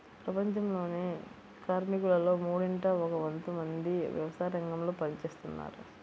ప్రపంచంలోని కార్మికులలో మూడింట ఒక వంతు మంది వ్యవసాయరంగంలో పని చేస్తున్నారు